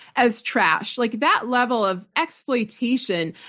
as trash. like that level of exploitation,